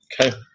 Okay